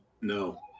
No